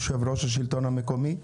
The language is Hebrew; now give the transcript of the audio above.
יושב-ראש השלטון המקומי.